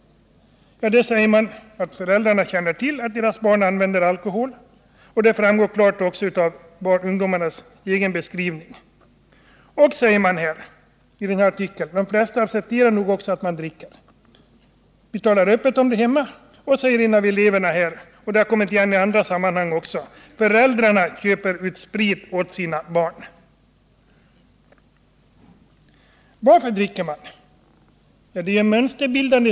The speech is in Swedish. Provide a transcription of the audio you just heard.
Man säger att föräldrarna känner till att deras barn använder alkohol, vilket också klart framgår av ungdomarnas egen beskrivning. Och i tidningsartikeln står det: ”De flesta accepterar nog också att vi dricker. I vår familj talar vi öppet om saken.” En av eleverna säger, vad som f. ö. också kommit fram i andra sammanhang: Föräldrarna köper ut sprit åt sina barn. Anledningen till att man dricker är i hög grad en fråga om mönsterbildning.